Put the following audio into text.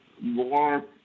more